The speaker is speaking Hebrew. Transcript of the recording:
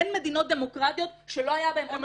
אין מדינות דמוקרטיות שלא היה בהן עונש מוות